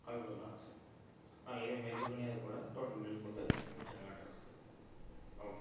கால் kilo box இத merge பண்ணி அதுக்கூட டோட்டல் பில் போட்டு அனுப்ச்சுருங்க அட்ரெஸ்க்கு ஓகே